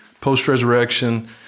Post-resurrection